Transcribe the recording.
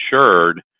insured